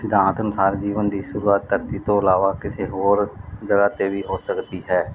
ਸਿਧਾਂਤ ਅਨੁਸਾਰ ਜੀਵਨ ਦੀ ਸ਼ੁਰੂਆਤ ਧਰਤੀ ਤੋਂ ਇਲਾਵਾ ਕਿਸੇ ਹੋਰ ਜਗ੍ਹਾ 'ਤੇ ਵੀ ਹੋ ਸਕਦੀ ਹੈ